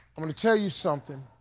i'm gonna tell you something